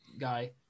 guy